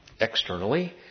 externally